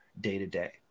day-to-day